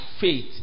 faith